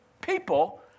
people